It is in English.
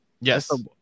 Yes